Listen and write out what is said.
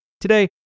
today